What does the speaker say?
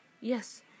Yes